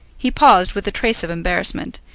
he paused with a trace of embarrassment,